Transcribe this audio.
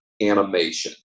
animation